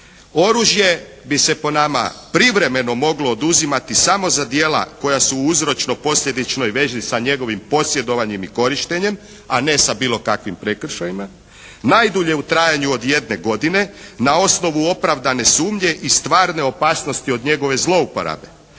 oružje bi se po nama privremeno moglo oduzimati samo za djela koja su u uzročno-posljedičnoj vezi sa njegovim posjedovanjem i korištenjem a ne sa bilo kakvim prekršajima najdulje u trajanju od jedne godine na osnovu opravdane sumnje i stvarne opasnosti od njegove zlouporabe.